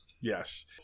yes